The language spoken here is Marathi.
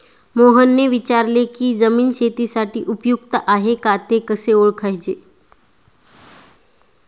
मोहनने विचारले की जमीन शेतीसाठी उपयुक्त आहे का ते कसे ओळखायचे?